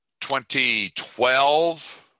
2012